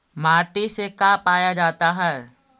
माटी से का पाया जाता है?